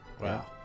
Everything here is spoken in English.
Wow